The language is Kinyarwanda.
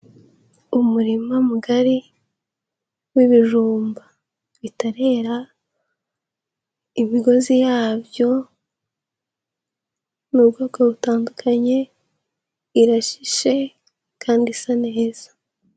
Umurima mugari w'ibijumba bitarera imigozi yabyo ni ubwoko butandukanye irashishe kandi isa neza.